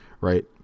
right